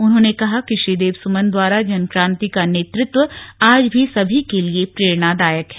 उन्होंने कहा कि श्रीदेव सुमन द्वारा जनक्रांति का नेतृत्व आज भी सभी के लिए प्रेरणादायक है